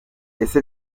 ese